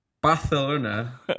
Barcelona